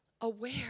aware